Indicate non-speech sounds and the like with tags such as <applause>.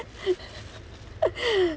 <laughs>